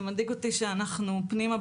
זה מדאיג אותי שאנחנו פנימה,